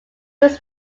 was